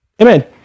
Amen